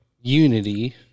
unity